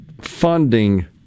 funding